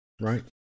right